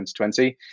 2020